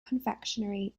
confectionery